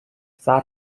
صبر